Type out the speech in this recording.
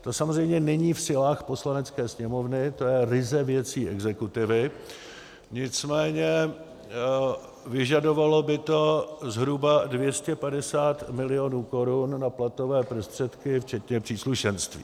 To samozřejmě není v silách Poslanecké sněmovny, to je ryze věcí exekutivy, nicméně vyžadovalo by to zhruba 250 milionů korun na platové prostředky včetně příslušenství.